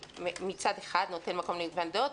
מצד אחד, נותן מקום למגוון דעות.